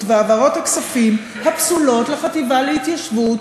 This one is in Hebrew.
והעברות הכספים הפסולות לחטיבה להתיישבות,